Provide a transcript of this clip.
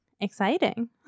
exciting